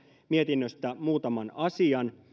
mietinnöstä muutaman asian